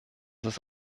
ist